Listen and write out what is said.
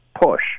push